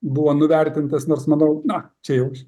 buvo nuvertintas nors manau na čia jau